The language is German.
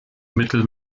mittel